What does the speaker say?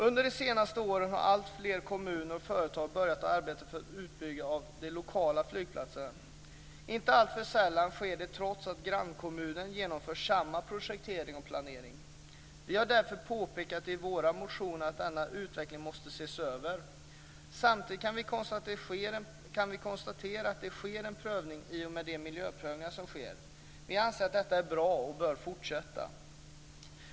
Under de senaste åren har alltfler kommuner och företag börjat arbeta för en utbyggnad av de lokala flygplatserna. Inte alltför sällan sker det trots att grannkommunen genomför samma projektering och planering. Vi har därför i vår motion påpekat att denna utveckling måste ses över. Samtidigt kan vi konstatera att det sker en prövning i och med de miljöprövningar som sker. Vi anser att detta är bra och bör fortsätta.